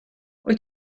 wyt